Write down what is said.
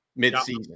midseason